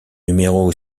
numéro